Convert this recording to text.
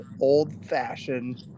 old-fashioned